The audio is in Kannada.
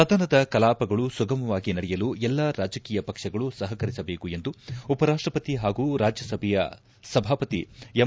ಸದನದ ಕಲಾಪಗಳು ಸುಗಮವಾಗಿ ನಡೆಯಲು ಎಲ್ಲಾ ರಾಜ್ಯಕೀಯ ಪಕ್ಷಗಳು ಸಹಕರಿಸಬೇಕೆಂದು ಉಪರಾಷ್ಟಪತಿ ಹಾಗೂ ರಾಜ್ಯಸಭೆಯ ಸಭಾಪತಿ ಎಂ